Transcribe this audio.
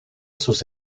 sus